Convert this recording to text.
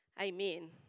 Amen